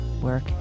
work